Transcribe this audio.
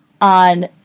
on